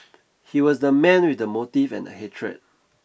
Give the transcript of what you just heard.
he was the man with the motive and the hatred